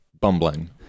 bumbling